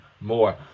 more